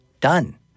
Done